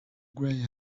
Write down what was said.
grey